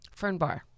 Fernbar